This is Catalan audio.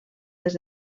des